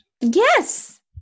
Yes